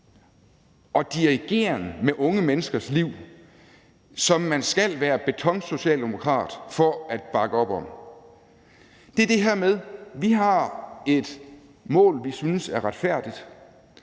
en dirigeren med unge menneskers liv, som man skal være betonsocialdemokrat for at bakke op om. Det er det her med, at vi har et mål, som vi synes er retfærdigt,